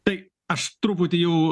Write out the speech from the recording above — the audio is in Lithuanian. tai aš truputį jau